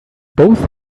both